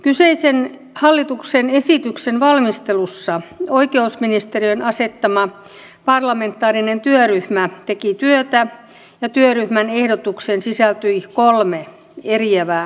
kyseisen hallituksen esityksen valmistelussa oikeusministeriön asettama parlamentaarinen työryhmä teki työtä ja työryhmän ehdotukseen sisältyi kolme eriävää mielipidettä